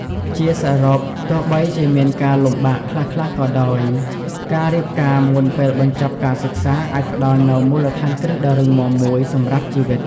ជាសរុប ទោះបីជាមានការលំបាកខ្លះៗក៏ដោយ ការរៀបការមុនពេលបញ្ចប់ការសិក្សាអាចផ្តល់នូវមូលដ្ឋានគ្រឹះដ៏រឹងមាំមួយសម្រាប់ជីវិត ។